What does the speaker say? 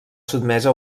sotmesa